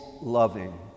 loving